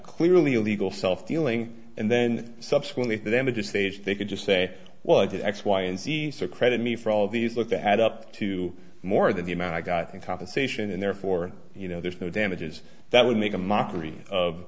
clearly illegal self dealing and then subsequently them to stage they could just say well i did x y and z so credit me for all these look add up to more than the amount i got in compensation and therefore you know there's no damages that would make a mockery of